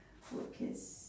workers